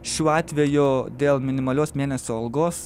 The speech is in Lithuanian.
šiuo atveju dėl minimalios mėnesio algos